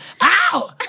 Ow